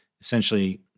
essentially